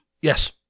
Yes